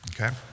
Okay